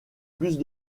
plus